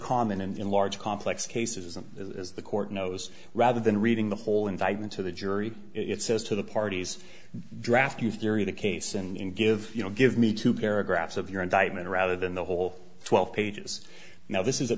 common in large complex cases them as the court knows rather than reading the whole invite into the jury it says to the parties draft you theory the case and give you know give me two paragraphs of your indictment rather than the whole twelve pages now this is a